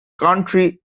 county